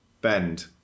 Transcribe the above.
bend